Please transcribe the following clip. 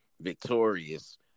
victorious